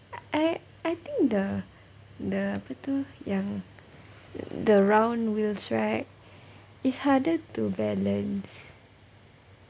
I I think the the apa tu yang the round wheels right is harder to balance